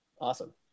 Awesome